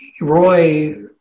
Roy